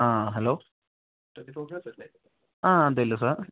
ആ ഹലോ ആഹ് അതെയല്ലോ സാർ